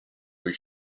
was